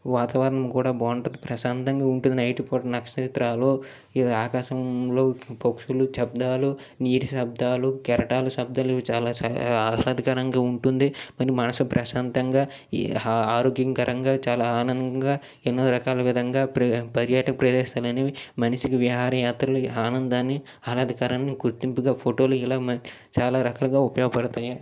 వాతావరణం కూడా బాగుంటుంది ప్రశాంతంగా ఉంటుంది నైట్ పూట నక్షత్రాలు ఆకాశంలో పక్షులు శబ్ధాలు నీటి శబ్ధాలు కెరటాల శబ్ధాలు ఇవి చాలా ఆహ్లాదకరంగా ఉంటుంది మన మనసు ప్రశాంతంగా హా ఆరోగ్య కరంగా చాలా ఆనందంగా ఎన్నో రకాల విధంగా ప్రే పర్యాటక ప్రదేశాలు అనేవి మనిషికి విహార యాత్రలు ఆనందాన్ని ఆహ్లాదకరాన్ని గుర్తింపుగా ఫోటోలు ఇలాగా మనం చాలా రకాలుగా ఉపయోగపడుతాయి